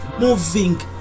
moving